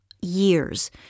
years